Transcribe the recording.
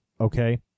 Okay